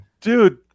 Dude